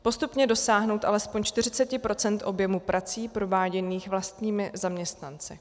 Postupně dosáhnout alespoň 40 % objemu prací prováděných vlastními zaměstnanci.